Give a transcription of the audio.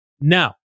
Now